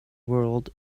world